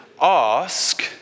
Ask